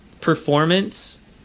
Performance